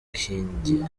makindye